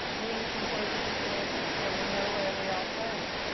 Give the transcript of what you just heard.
i think it's important to share these so we know where we all started,